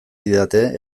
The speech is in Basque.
didate